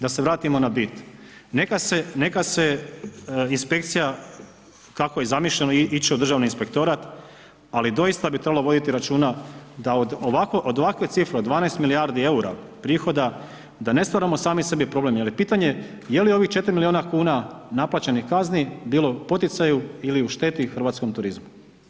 Da se vratimo na bit, neka se, neka se inspekcija kako je zamišljeno ići u Državni inspektorat, ali doista bi trebalo voditi računa da od ovakve cifre od 12 milijardi EUR-a prihoda da ne stvaramo sami sebi problem, jer je pitanje je li ovih 4 milijuna kuna naplaćenih kazni bilo u poticaju ili u šteti hrvatskom turizmu.